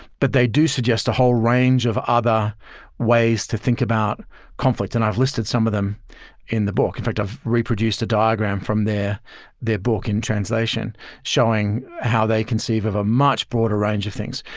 but they do suggest a whole range of other ways to think about conflict. and i've listed some of them in the book. in fact, i've reproduced a diagram from their book in translation showing how they conceive of a much broader range of things.